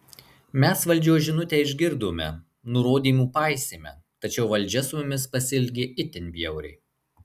mes valdžios žinutę išgirdome nurodymų paisėme tačiau valdžia su mumis pasielgė itin bjauriai